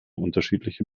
unterschiedliche